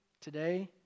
today